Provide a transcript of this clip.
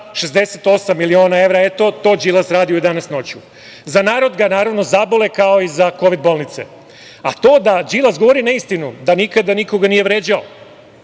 68 miliona evra. E, to Đilas radi u 11 noću. Za narod ga, naravno, zabole, kao i za kovid bolnice. To da Đilas govori neistinu, da nikada nikoga nije vređao,